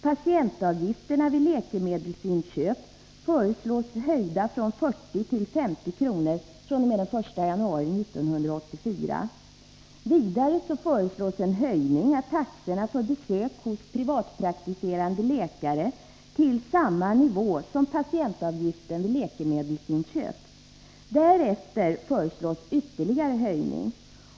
Patientavgiften vid läkemedelsinköp föreslås höjd från 40 kr. till 50 kr. fr.o.m. den 1 januari 1984. Vidare föreslås en höjning av taxorna för besök hos privatpraktiserande läkare till samma nivå som patientavgiften vid läkemedelsinköp. Därefter föreslås ytterligare höjning.